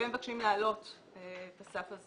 והם מבקשים להעלות את הסף הזה